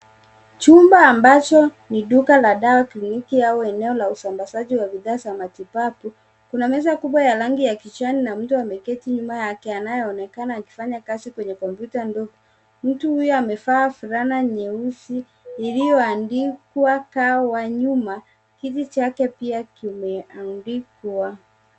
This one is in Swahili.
Chumba ambacho ni duka la dawa, kliniki au eneo la usambazaji wa bidhaa za matibabu. Kuna meza kubwa ya rangi ya kijani na mtu ameketi nyuma yake anayeonekana akifanya kazi kwenye kompyuta ndogo. Mtu huyo amevaa fulana nyeusi iliyoandikwa, Car, nyuma huku chake pia kimeandikwa.